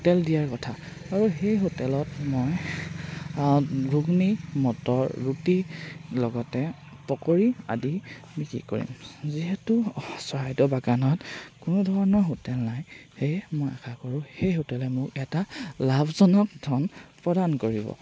hotel দিয়াৰ কথা আৰু সেই হোটেলত মই ঘুগনি মটৰ ৰুটি লগতে পকৰী আদি বিক্ৰী কৰিম যিহেতু চৰাইদেও বাগানত কোনো ধৰণৰ হোটেল নাই সেয়ে মই আশা কৰোঁ সেই হোটেলে মোক এটা লাভজনক ধন প্ৰদান কৰিব